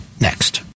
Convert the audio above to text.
next